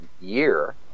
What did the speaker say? year